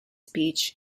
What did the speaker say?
speech